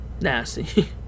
nasty